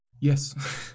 Yes